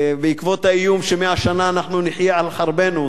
בעקבות האיום שמהשנה אנחנו נחיה על חרבנו,